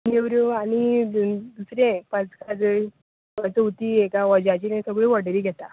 नेवऱ्यो आनी दुसरेंय पांच खाजें चवथीक हेका वज्याचें सगळ्यो ऑर्डरी घेता